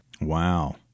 Wow